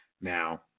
Now